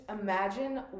imagine